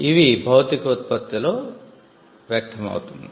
ఇవి భౌతిక ఉత్పత్తిలో వ్యక్తమవుతుంది